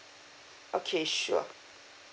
okay sure